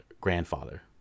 grandfather